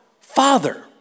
Father